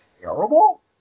terrible